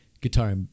guitar